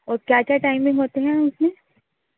اور کیا کیا ٹائمنگ ہوتے ہیں اس میں